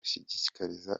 dushishikariza